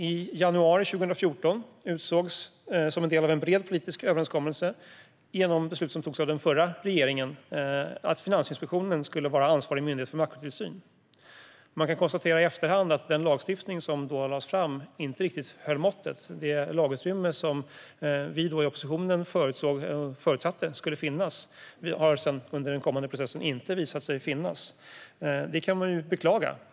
I januari 2014 utsågs, som en del av en bred politisk överenskommelse och genom beslut som togs av den förra regeringen, Finansinspektionen till ansvarig myndighet för makrotillsyn. Man kan konstatera i efterhand att den lagstiftning som då lades fram inte riktigt höll måttet. Det lagutrymme som vi i oppositionen förutsatte skulle finnas där har under den efterföljande processen visat sig inte finnas, och det kan man beklaga.